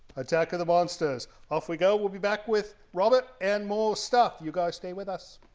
attack of the monsters off we go we'll be back with robert and more stuff you guys stay with us